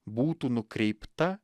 būtų nukreipta